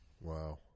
Wow